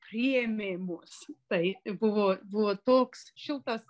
priėmė mus tai buvo buvo toks šiltas